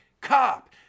cop